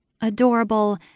Adorable